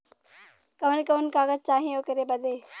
कवन कवन कागज चाही ओकर बदे?